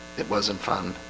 it wasn't fun,